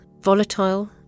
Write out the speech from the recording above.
volatile